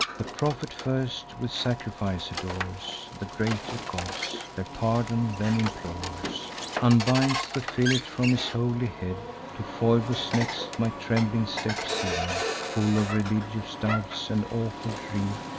the prophet first with sacrifice adores the greater gods their pardon then implores unbinds the fillet from his holy head to phoebus, next, my trembling steps he led, full of religious doubts and awful dread.